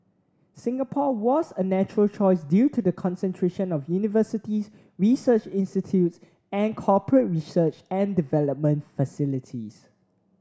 Singapore was a natural choice due to the concentration of universities research institutes and corporate research and development facilities